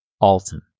Alton